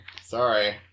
Sorry